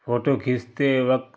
photo کھیچتے وقت